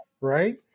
right